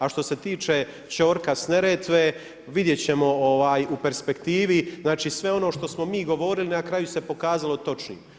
A što se tiče čorka s Neretve, vidjeti ćemo u perspektivi, znači, sve ono što smo mi govorili na kraju se pokazali točnim.